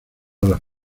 las